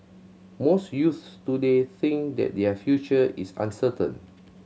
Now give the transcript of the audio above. most youths today think that their future is uncertain